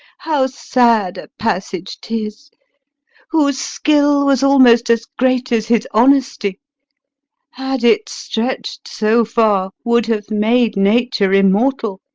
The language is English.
how sad a passage tis whose skill was almost as great as his honesty had it stretch'd so far, would have made nature immortal,